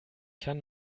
kann